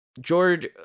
george